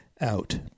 out